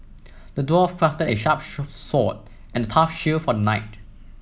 the dwarf crafted a sharp sword and a tough shield for the knight